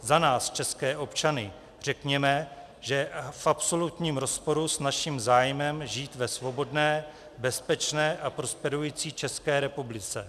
Za nás, české občany, řekněme, že je v absolutním rozporu s naším zájmem žít ve svobodné, bezpečné a prosperující České republice.